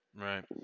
right